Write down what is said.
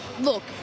look